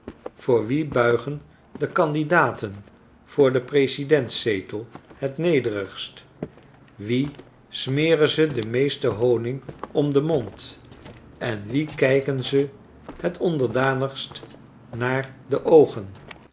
voor wien buigen de candidaten voor den presidentszetel het nederigst wien smeren ze den meesten honig om den mond en wien kijken zij het onderdanigst naar de oogen